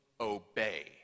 Obey